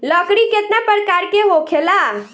लकड़ी केतना परकार के होखेला